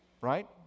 right